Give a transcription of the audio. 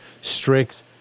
strict